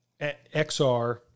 XR